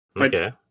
Okay